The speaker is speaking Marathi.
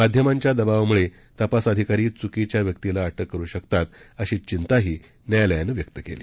माध्यमांच्या दबावामुळे तपास अधिकारी चुकीच्या व्यक्तीला अटक करू शकतात अशी चिंताही न्यायालयानं व्यक्त केली